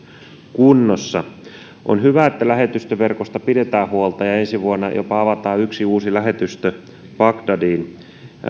kunnossa on hyvä että lähetystöverkosta pidetään huolta ja ensi vuonna jopa avataan yksi uusi lähetystö bagdadiin